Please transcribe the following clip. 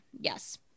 Yes